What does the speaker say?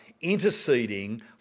interceding